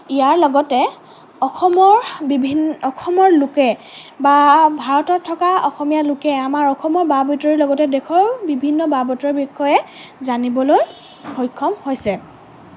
ইয়াৰ লগতে অসমৰ বিভিন্ন অসমৰ লোকে বা ভাৰতত থকা অসমীয়া লোকে আমাৰ অসমৰ বা বাতৰিৰ লগতে দেশৰ বিভিন্ন বা বাতৰিৰ বিষয়ে জানিবলৈ সক্ষম হৈছে